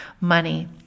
money